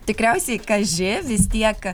tikriausiai kaži vis tiek